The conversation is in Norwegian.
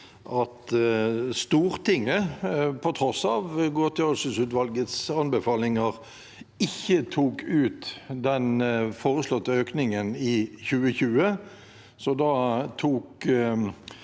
at Stortinget, på tross av godtgjøringsutvalgets anbefalinger, ikke tok ut den foreslåtte økningen i 2020. Stortinget